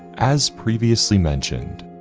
as previously mentioned,